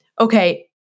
okay